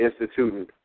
instituting